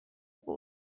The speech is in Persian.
بود